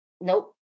nope